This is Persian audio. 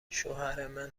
شوهرمن